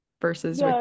versus